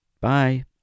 Bye